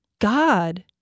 God